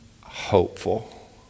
hopeful